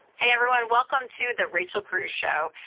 hey, everyone! welcome to the rachel cruze show.